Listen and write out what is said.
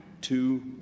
two